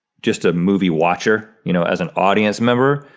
just a movie watcher, you know, as an audience member.